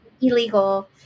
illegal